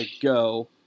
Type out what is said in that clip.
go—